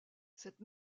cette